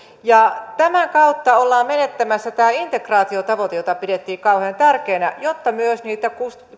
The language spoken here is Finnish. tämän kautta ollaan menettämässä tämä integraatiotavoite jota pidettiin kauhean tärkeänä jotta myös niitä